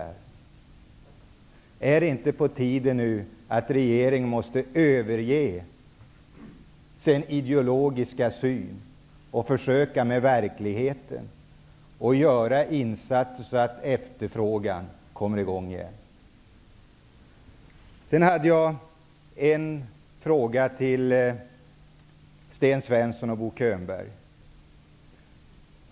Är det inte på tiden att regeringen överger sin ideologiska syn och försöker se till verkligheten och göra insatser, så att efterfrågan kommer i gång igen? Jag vänder mig så till Sten Svensson och Bo Könberg.